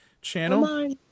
channel